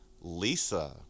Lisa